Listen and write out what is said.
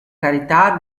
carità